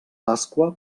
pasqua